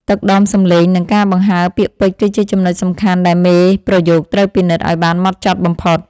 ទឹកដមសម្លេង និង ការបង្ហើរពាក្យពេចន៍គឺជាចំណុចសំខាន់ដែលមេប្រយោគត្រូវពិនិត្យឱ្យបានហ្មត់ចត់បំផុត។